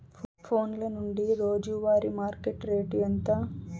ఫోన్ల నుండి రోజు వారి మార్కెట్ రేటు ఎంత?